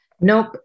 Nope